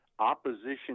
opposition